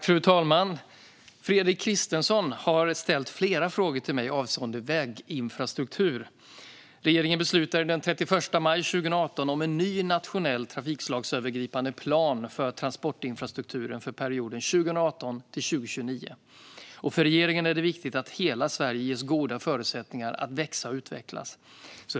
Fru talman! har ställt flera frågor till mig avseende väginfrastruktur. Regeringen beslutade den 31 maj 2018 om en ny nationell trafikslagsövergripande plan för transportinfrastrukturen för perioden 2018-2029. För regeringen är det viktigt att hela Sverige ges goda förutsättningar att växa och utvecklas.